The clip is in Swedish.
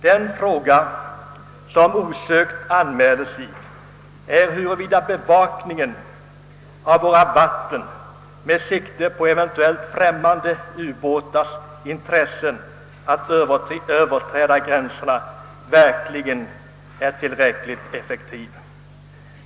Den fråga som osökt anmäler sig är huruvida bevakningen av våra vatten med sikte på eventuella främmande ubåtars försök att överträda gränserna verkligen är tillräckligt effektiv.